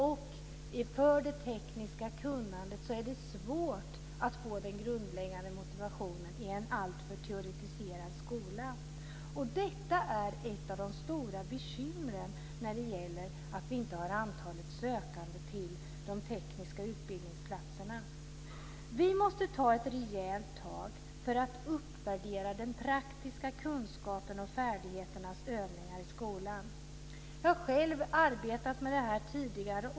Vad gäller det tekniska kunnandet är det svårt att få den grundläggande motivationen i en alltför teoretiserad skola. Detta är ett av de stora bekymren när det gäller antalet sökande till de tekniska utbildningsplatserna. Vi måste ta ett rejält tag för att uppvärdera den praktiska kunskapen och färdigheter och övningar i skolan. Jag har själv arbetat med detta tidigare.